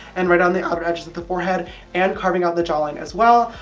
and right on the outer edges of the forehead and carving out the jawline as well.